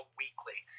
weekly